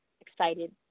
excited